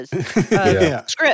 Script